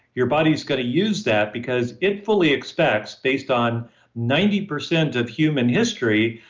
your body's going to use that because it fully expects based on ninety percent of human history,